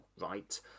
right